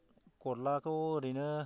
गरलाखौ ओरैनो